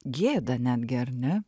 gėda netgi ar ne